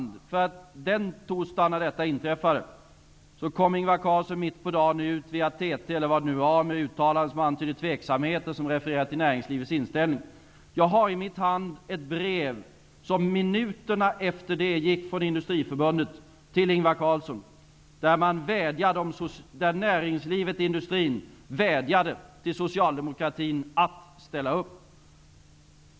Den torsdagen när detta inträffade kom Ingvar Carlsson, mitt på dagen, via TT eller vad det nu var, ut med ett uttalande som antydde tveksamhet och som refererade till näringslivets inställning. Jag har i min hand ett brev som minuterna efter det uttalandet gick från Industriförbundet till Ingvar Carlsson. Där vädjade näringslivet och industrin till socialdemokratin att ställa upp.